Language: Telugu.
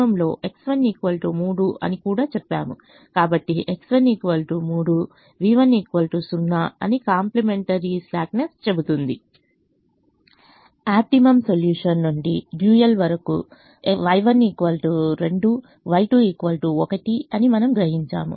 కాబట్టిX1 3 V1 0 అని కాంప్లిమెంటరీ స్లాక్ నెస్ చెప్పింది ఆప్టిమమ్ సొల్యూషన్ నుండి డ్యూయల్ వరకు Y1 2 Y2 1 అని మనం గ్రహించాము